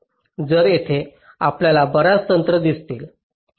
तर येथे आपल्याला बर्याच तंत्रे दिसतील